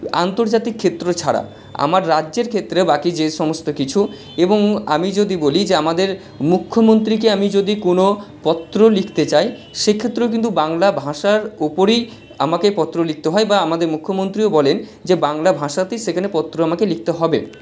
আন্তর্জাতিক ক্ষেত্র ছাড়া আমার রাজ্যের ক্ষেত্রে বাকি যে সমস্ত কিছু এবং আমি যদি বলি যে আমাদের মুখ্যমন্ত্রীকে আমি যদি কোনও পত্র লিখতে চাই সেক্ষেত্রেও কিন্তু বাংলা ভাষার উপরই আমাকে পত্র লিখতে হয় বা আমাদের মুখ্যমন্ত্রীও বলেন যে বাংলা ভাষাতেই সেখানে পত্র আমাকে লিখতে হবে